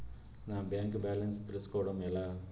నా bank balance తెలుస్కోవడం ఎలా?